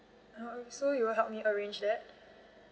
uh so you will help me arrange that